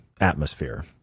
atmosphere